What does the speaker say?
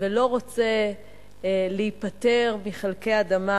ולא רוצה להיפטר מחלקי אדמה,